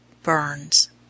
Burns